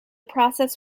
process